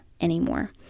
anymore